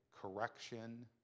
correction